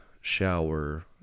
shower